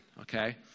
okay